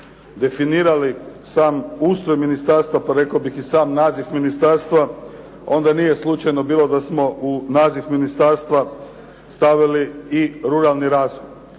definirali sam ustroj ministarstva, pa rekao bih i sam naziv ministarstva onda nije slučajno bilo da smo u naziv ministarstva stavili i ruralni razvoj.